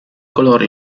color